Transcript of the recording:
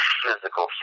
physical